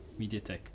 MediaTek